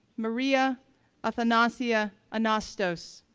maria athanasia anastos,